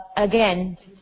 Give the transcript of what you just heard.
again,